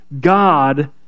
God